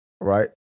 Right